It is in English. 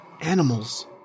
Animals